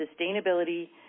sustainability